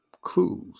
clues